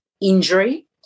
injury